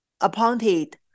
appointed